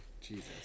Jesus